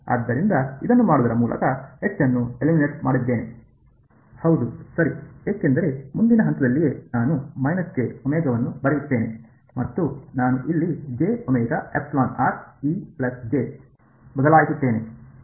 ಆದ್ದರಿಂದ ಇದನ್ನು ಮಾಡುವುದರ ಮೂಲಕ ನಾನು ಎಲಿಮಿನೇಟ್ ಮಾಡಿದ್ದೇನೆ ಹೌದು ಸರಿ ಏಕೆಂದರೆ ಮುಂದಿನ ಹಂತದಲ್ಲಿಯೇ ನಾನು ಮೈನಸ್ ಜೆ ಒಮೆಗಾವನ್ನು ಬರೆಯುತ್ತೇನೆ ಮತ್ತು ನಾನು ಇಲ್ಲಿ ಬದಲಾಯಿಸುತ್ತೇನೆ